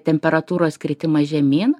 temperatūros kritimas žemyn